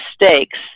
mistakes